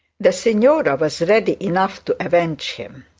the signora was ready enough to avenge him.